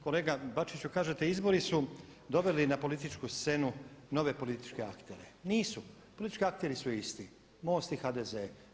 Kolega Bačiću, kažete izbori su doveli na političku scenu nove političke aktere, nisu, politički akteri su isti, MOST i HDZ.